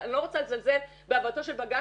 אני לא רוצה לזלזל בעבודתו של בג"ץ,